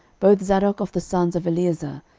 both zadok of the sons of eleazar,